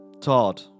Todd